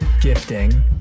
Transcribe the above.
gifting